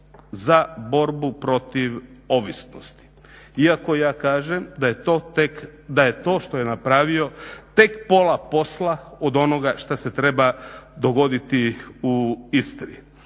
za borbu protiv ovisnosti. Iako ja kažem da to što je napravio tek pola posla od onoga što se treba dogoditi u Istri